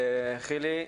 חילי,